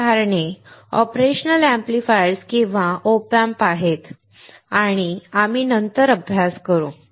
उदाहरणे operational amplifiers किंवा op amps आहेत आणि आम्ही नंतर अभ्यास करू